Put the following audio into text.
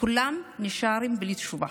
כולם נשארים בלי תשובה.